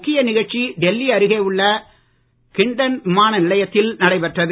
முக்கிய நிகழ்ச்சி டெல்லி அருகே உள்ள கிண்டண் விமான நிலையத்தில் நடைபெற்றது